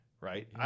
right